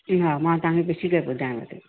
हा मां तव्हांखे पुछी करे ॿुधायांव थी